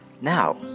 Now